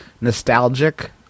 Nostalgic